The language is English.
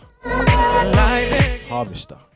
Harvester